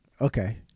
okay